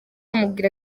amubwira